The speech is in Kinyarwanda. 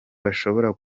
bashobora